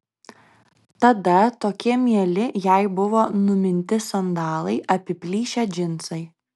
tada tokie mieli jai buvo numinti sandalai apiplyšę džinsai